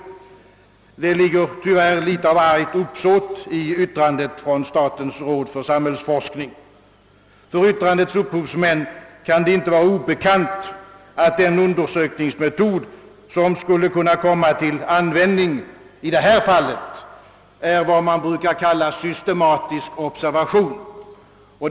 Det ligger tyvärr lite av argt uppsåt i yttrandet från statens råd för samhällsforskning. För yttrandets upphovsmän kan det inte vara obekant, att den undersökningsmetod som skulle kunna komma till användning i detta fall är vad man brukar kalla systematisk observation.